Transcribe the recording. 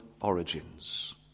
origins